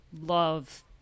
love